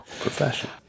profession